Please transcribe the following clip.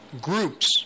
Groups